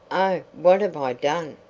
oh, what have i done?